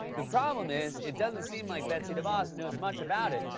the problem is, it doesn't seem like betsy devos knows much about it,